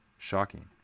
Shocking